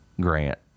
grant